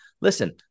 Listen